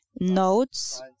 notes